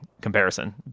comparison